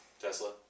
Tesla